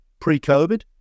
pre-COVID